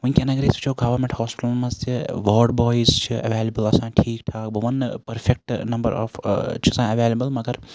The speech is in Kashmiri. وٕنکٮ۪ن اَگَر أسۍ وٕچھو گَوَمیٚنٹ ہوسپِٹَلَن مَنٛز تہِ واڑ بویِز چھِ ایویلیبٕل آسان ٹھیٖک ٹھاکھ بہٕ وَنہٕ نہٕ پرفکیٚٹ نَمبَر آف چھ آسان ایویلیبٕل مَگَر